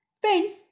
Friends